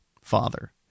father